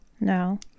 no